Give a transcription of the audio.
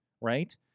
Right